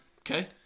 Okay